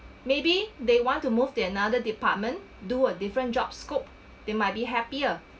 maybe they want to move to another department do a different job scope they might be happier